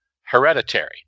hereditary